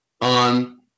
on